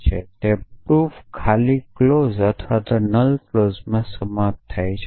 તેથી તે proof null clause અથવા નલ ક્લોઝમાં સમાપ્ત થાય છે